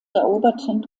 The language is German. eroberten